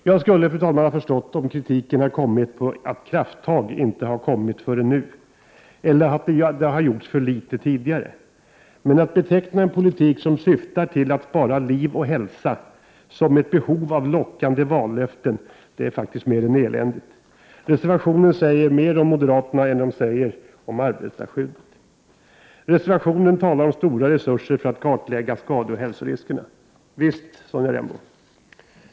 Jag skulle ha förstått om kritiken hade riktats mot att krafttag inte har kommit förrän nu eller att det har gjorts för litet tidigare. Men att beteckna en politik som syftar till att spara liv och hälsa som ett behov av lockande vallöften är mer än eländigt. Reservationen säger mer om moderaterna än den säger om arbetarskyddet. Reservationen talar om stora resurser för att kartlägga skadeoch hälsorisker. Visst, Sonja Rembo!